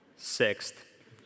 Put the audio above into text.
Sixth